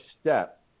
step